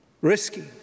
risky